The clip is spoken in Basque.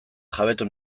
jabetu